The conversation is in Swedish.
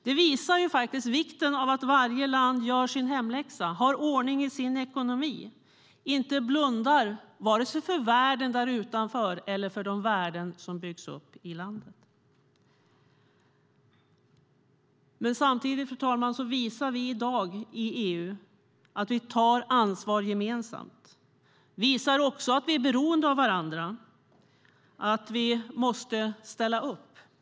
Det här visar på vikten av att varje land gör sin hemläxa, har ordning i sin ekonomi och inte blundar vare sig för världen utanför eller för de värden som byggts upp i landet. Samtidigt, fru talman, visar vi i dag i EU att vi gemensamt tar ansvar och att vi är beroende av varandra och måste ställa upp.